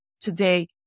today